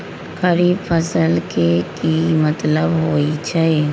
खरीफ फसल के की मतलब होइ छइ?